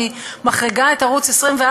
אני מחריגה את ערוץ 24,